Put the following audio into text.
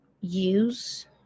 use